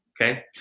okay